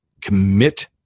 Commit